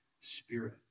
Spirit